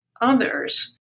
others